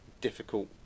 difficult